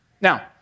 Now